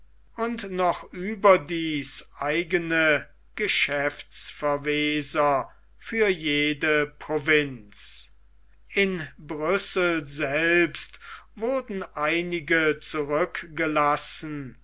und noch überdies eigene geschäftsverweser für jede provinz in brüssel selbst wurden einige zurückgelassen